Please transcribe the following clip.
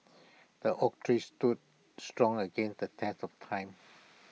the oak tree stood strong against the test of time